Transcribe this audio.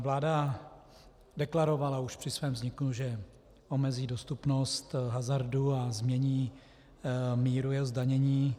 Vláda deklarovala už při svém vzniku, že omezí dostupnost hazardu a změní míru jeho zdanění.